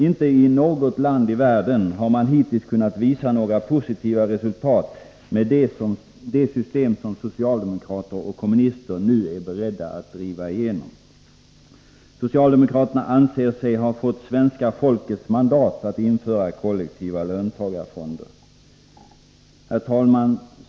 Inte i något land i världen har man hittills kunnat visa några positiva resultat med det system som socialdemokrater och kommunister nu är beredda att driva igenom. Socialdemokraterna anser sig ha fått svenska folkets mandat att införa kollektiva löntagarfonder. Herr talman!